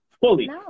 fully